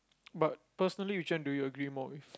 but personally which one do you agree more with